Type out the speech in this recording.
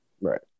Right